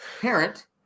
Parent